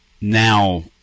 now